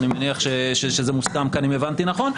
אני מניח שזה מוסכם כאן, אם הבנתי נכון.